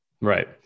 Right